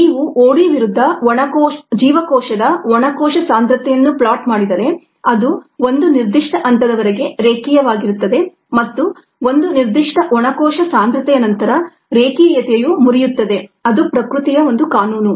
ನೀವು OD ವಿರುದ್ಧ ಜೀವಕೋಶದ ಒಣ ಕೋಶ ಸಾಂದ್ರತೆಯನ್ನು ಪ್ಲಾಟ್ ಮಾಡಿದರೆ ಅದು ಒಂದು ನಿರ್ದಿಷ್ಟ ಹಂತದವರೆಗೆ ರೇಖೀಯವಾಗಿರುತ್ತದೆ ಮತ್ತು ಒಂದು ನಿರ್ದಿಷ್ಟ ಒಣ ಕೋಶ ಸಾಂದ್ರತೆಯ ನಂತರ ರೇಖೀಯತೆಯು ಮುರಿಯುತ್ತದೆ ಅದು ಪ್ರಕೃತಿಯ ಒಂದು ಕಾನೂನು